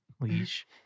leash